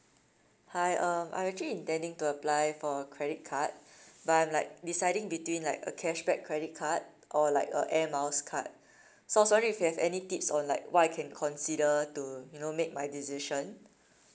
hi um I'm actually intending to apply for a credit card but I'm like deciding between like a cashback credit card or like a air miles card so I was wondering if you have any tips on like what I can consider to you know make my decision